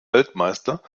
weltmeister